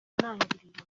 ntangiriro